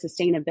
sustainability